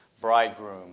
bridegroom